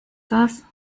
das